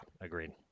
agreed